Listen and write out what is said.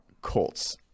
colts